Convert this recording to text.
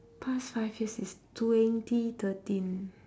past five years is twenty thirteen